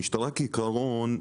כעיקרון,